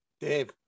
Dave